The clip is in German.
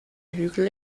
hügel